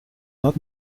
not